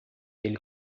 ele